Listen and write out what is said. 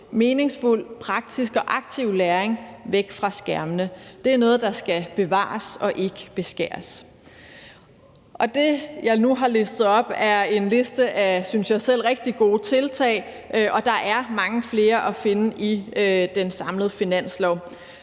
meningsfuld, praktisk og aktiv læring væk fra skærmene. Det er noget, der skal bevares og ikke beskæres. Det, jeg nu har listet op, er en liste af, synes jeg selv, rigtig gode tiltag, og der er mange flere at finde i den samlede finanslov.